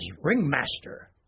Ringmaster